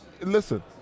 listen